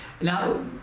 Now